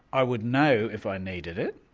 i would know if i needed it,